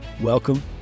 Welcome